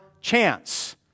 chance